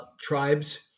tribes